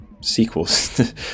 sequels